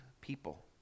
people